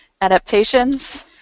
adaptations